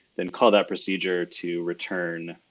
then call that procedure to return